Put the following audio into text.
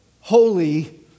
holy